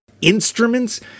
instruments